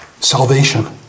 Salvation